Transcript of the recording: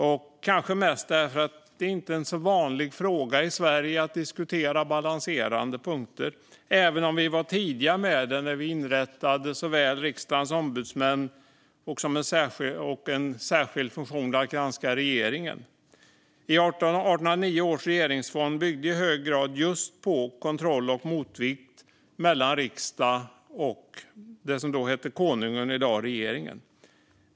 Det vill jag kanske mest göra därför att det inte är så vanligt i Sverige att diskutera balanserande punkter - även om vi var tidiga med det när vi inrättade Riksdagens ombudsmän som en särskild funktion för att granska regeringen. 1809 års regeringsform byggde i hög grad på just kontroll och motvikt mellan riksdagen och det som då var konungen och i dag är regeringen.